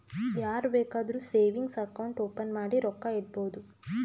ಯಾರ್ ಬೇಕಾದ್ರೂ savings account open ಮಾಡಿ ರೊಕ್ಕಾ ಇಡ್ಬೋದು